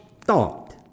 thought